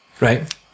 right